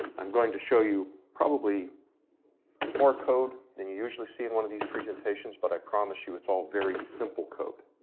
i'm going to show you probably more code then you usually see in one of these presentations but i promise you it's all very simple code.